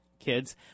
kids